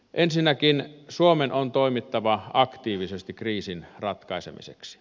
ensinnäkin suomen on toimittava aktiivisesti kriisin ratkaisemiseksi